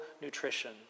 nutrition